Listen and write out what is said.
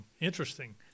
interesting